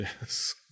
Yes